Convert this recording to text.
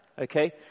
Okay